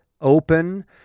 open